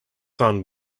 son